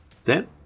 Sam